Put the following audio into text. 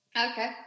Okay